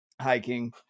hiking